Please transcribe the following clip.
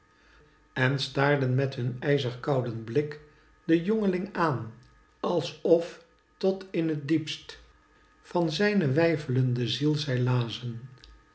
en staarden met hun ijzig kouden blik den jongling aan alsof tot in het diepst van zijne weifelende ziel zij lazen